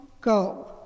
go